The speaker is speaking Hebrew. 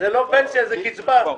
לא פנסיה, קצבה.